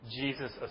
Jesus